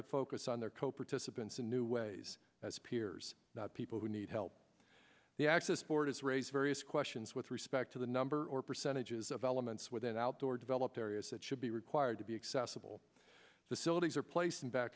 to focus on their co participants in new ways as peers people who need help the access board is raise various questions with respect to the number or percentages of elements within outdoor developed areas that should be required to be accessible facilities or place in